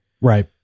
Right